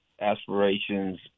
aspirations